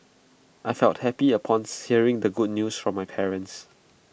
I felt happy upon hearing the good news from my parents